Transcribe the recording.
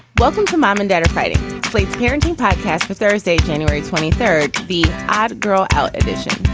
welcome to mom and dad are friday slate's parenting podcast for thursday, january twenty third. the ah drawer out edition.